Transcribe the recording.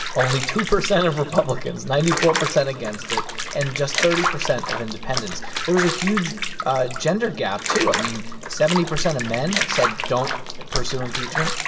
only two percent of republicans ninety four percent against it and just thirty percent of independents. there was a huge ah gender gap, too. i mean, seventy percent of men said don't pursue impeachment,